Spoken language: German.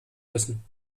müssen